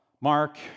Mark